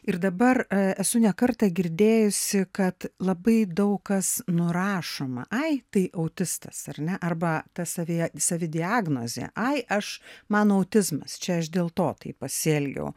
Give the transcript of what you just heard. ir dabar esu ne kartą girdėjusi kad labai daug kas nurašoma ai tai autistas ar ne arba ta savyje savidiagnozė ai aš man autizmas čia aš dėl to taip pasielgiau